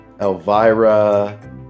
Elvira